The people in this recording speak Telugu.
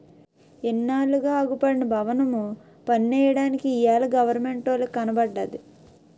ఇన్నాళ్లుగా అగుపడని బవనము పన్నెయ్యడానికి ఇయ్యాల గవరమెంటోలికి కనబడ్డాది